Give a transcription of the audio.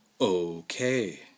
Okay